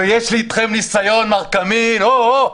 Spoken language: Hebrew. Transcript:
ויש לי אתכם ניסיון, מר קמין, או-או.